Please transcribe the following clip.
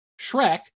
Shrek